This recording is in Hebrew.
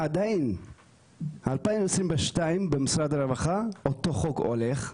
עדיין 2022 במשרד הרווחה אותו חוק הולך,